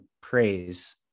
praise